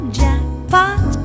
jackpot